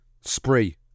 spree